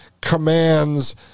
commands